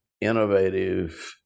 innovative